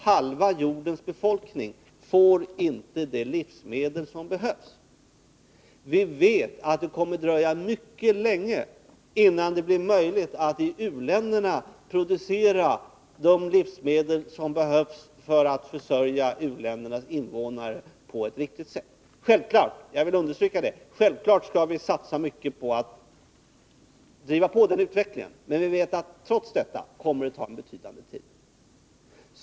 Halva jordens befolkning får inte de livsmedel som behövs. Vi vet att det kommer att dröja mycket länge innan det blir möjligt att i u-länderna producera de livsmedel som behövs för att försörja u-ländernas invånare på ett riktigt sätt. Självfallet — och jag vill understryka det — skall vi satsa mycket på att driva på en sådan utveckling. Men vi vet att det trots detta kommer att ta en betydande tid.